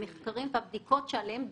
המחקרים והבדיקות שעליהם דובר,